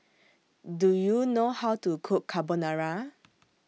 Do YOU know How to Cook Carbonara